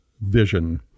vision